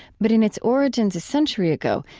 but in its origins a century ago,